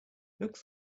looks